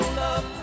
love